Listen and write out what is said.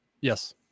Yes